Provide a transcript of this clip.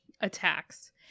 attacks